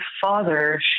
father